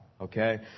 Okay